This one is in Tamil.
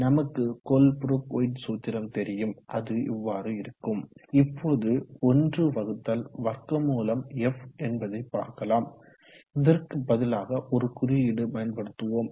நமக்கு கோல்ப்ரூக் ஒயிட் சூத்திரம் தெரியும் அது இவ்வாறு இருக்கும் இப்போது 1√f என்பதை பார்க்கலாம் இதற்கு பதிலாக ஒரு குறியீடு பயன்படுத்துவோம்